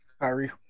Kyrie